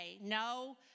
no